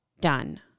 done